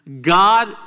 God